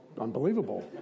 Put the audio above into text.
unbelievable